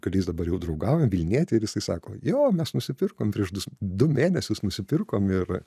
kuris dabar jau draugauja vilnietė ir jisai sako jo mes nusipirkom prieš du du mėnesius nusipirkom ir